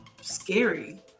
scary